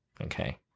Okay